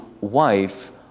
wife